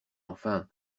enfin